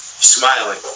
Smiling